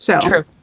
True